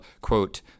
quote